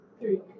three